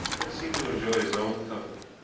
and seemed to enjoy his own company.